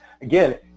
Again